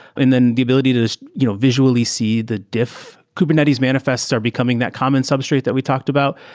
and then the ability to you know visually see the diff. kubernetes manifests are becoming that common substrate that we talked about.